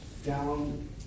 Down